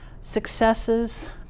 successes